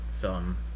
film